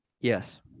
Yes